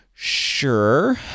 sure